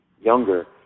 younger